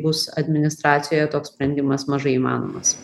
bus administracijoje toks sprendimas mažai įmanomas